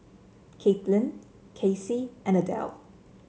Caitlin Kacy and Adele